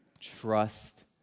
Trust